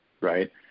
right